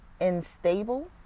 unstable